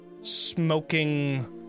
smoking